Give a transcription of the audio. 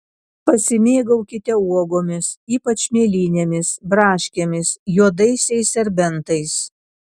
pasimėgaukite uogomis ypač mėlynėmis braškėmis juodaisiais serbentais